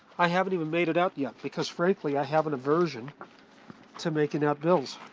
i haven't even made it out yet. because frankly, i have an aversion to making out bills.